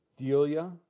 Delia